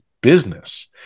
business